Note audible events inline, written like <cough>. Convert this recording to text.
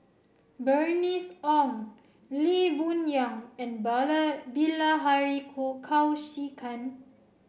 Bernice Ong Lee Boon Yang and <unintelligible> Bilahari Kausikan